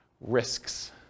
Risks